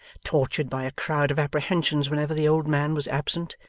tortured by a crowd of apprehensions whenever the old man was absent,